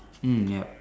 mm yup